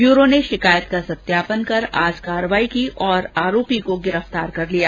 bureau ने षिकायत का सत्यापन कर आज कार्रवाईी की और आरोपी को गिरफतार कर लिया